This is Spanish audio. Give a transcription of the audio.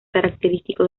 característico